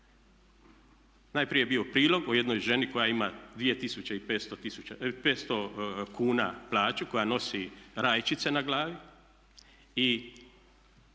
najprije bio prilog o jednoj ženi koja ima 2500 kuna plaću koja nosi rajčice na glavi